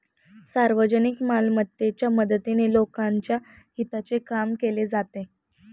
सार्वजनिक मालमत्तेच्या मदतीने लोकांच्या हिताचे काम केले जाते